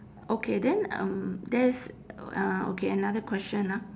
okay then um there's uh okay another question ah